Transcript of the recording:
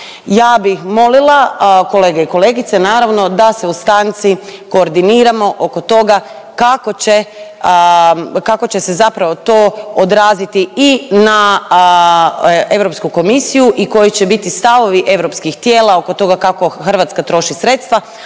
ja bih molila kolege i kolegice, naravno, da se u stanci koordiniramo oko toga kako će, kako će se zapravo to odraziti i na Europsku komisiju i koji će biti stavovi europskih tijela oko toga kako Hrvatska troši sredstva,